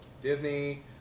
Disney